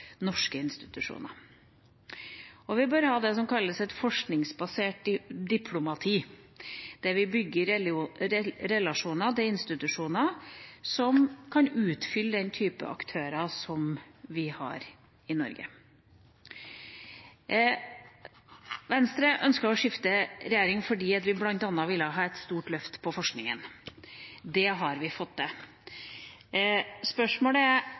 norske institusjoner. Og vi bør ha det som kalles et forskningsbasert diplomati, der vi bygger relasjoner til institusjoner som kan utfylle den typen aktører som vi har i Norge. Venstre ønsket å skifte regjering fordi vi bl.a. ville ha et stort løft på forskninga. Det har vi fått til. Spørsmålet er